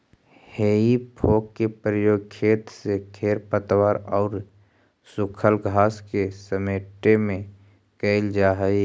हेइ fork के प्रयोग खेत से खेर पतवार औउर सूखल घास के समेटे में कईल जा हई